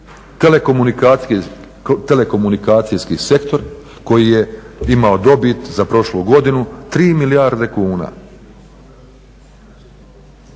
telekomunikacijski sektor koji je imao dobit za prošlu godinu 3 milijarde kuna.